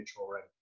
already